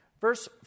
Verse